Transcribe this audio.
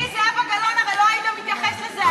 בלי זהבה גלאון אתה לא היית מתייחס לזה עכשיו,